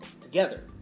together